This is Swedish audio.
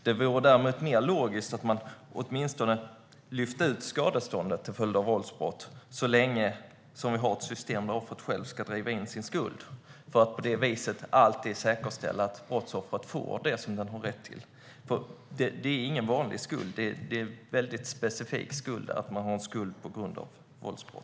Det vore mer logiskt att man åtminstone lyfte ut skadestånd till följd av våldsbrott så länge vi har ett system där offret själv ska driva in sin skuld, för att på det viset alltid säkerställa att brottsoffret får det som den har rätt till. Det är ingen vanlig skuld, utan skuld på grund av våldsbrott är en väldigt specifik skuld.